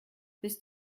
bis